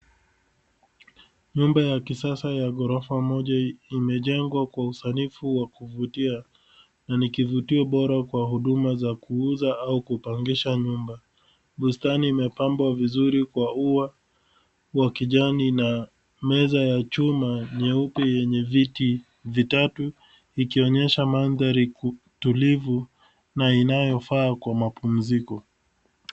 Nyumba ya kisasa ya ghorofa moja imejengwa kwa usanifu wa kuvutia na ni kivutio bora kwa huduma za kuuza au kupangisha nyumba. Bustani imepambwa vizuri kwa ua wa kijani na meza ya chuma nyeupe yenye viti vitatu ikionyesha mandhari tulivu na inayofaa kwa mapumziko.